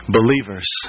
Believers